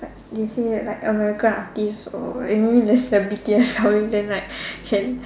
like they say like American artistes or any the celebrity that's coming then like can